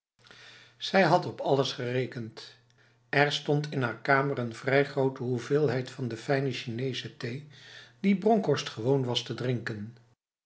zij had op alles gerekend en er stond in haar kamer een vrij grote hoeveelheid van de fijne chinese thee die bronkhorst gewoon was te drinken